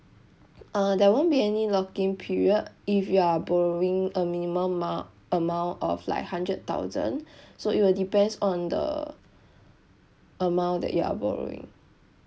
uh there won't be any lock in period if you are borrowing a minimum amount amount of like hundred thousand so it will depends on the amount that you are borrowing